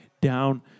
down